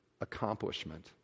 accomplishment